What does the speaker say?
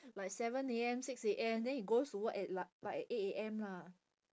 like seven A_M six A_M then he goes to work at li~ like eight A_M lah